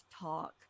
talk